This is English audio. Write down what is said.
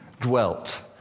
dwelt